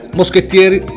moschettieri